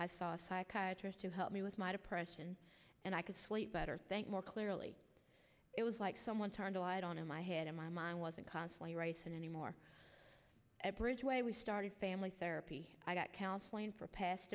i saw psychiatry as to help me with my depression and i could sleep better thank more clearly it was like someone turned a lot on in my head and my mind wasn't constantly raisen anymore bridgeway we started family therapy i got counselling for past